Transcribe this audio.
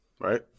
Right